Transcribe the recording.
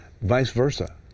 vice-versa